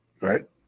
right